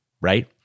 right